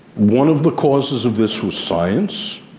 one of the causes of this was science,